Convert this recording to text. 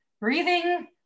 breathing